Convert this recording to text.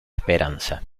esperanza